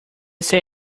say